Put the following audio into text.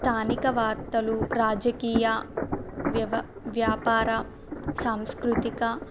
స్థానిక వార్తలు రాజకీయ వ్యవ వ్యాపార సాంస్కృతిక